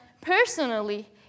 personally